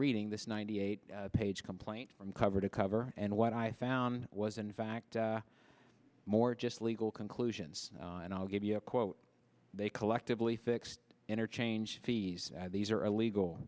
reading this ninety eight page complaint from cover to cover and what i found was in fact more just legal conclusions and i'll give you a quote they collectively fixed interchange fees these are